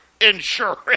insurance